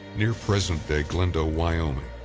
near present day glendo, wyoming,